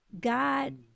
God